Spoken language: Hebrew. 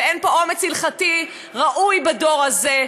ומכיוון שאנחנו לא מוצאים מענה ואין פה אומץ הלכתי ראוי בדור הזה,